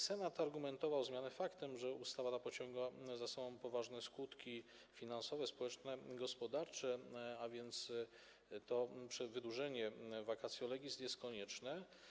Senat argumentował zmianę faktem, że ustawa ta pociąga za sobą poważne skutki finansowe, społeczne i gospodarcze, a więc wydłużenie vacatio legis jest konieczne.